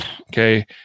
okay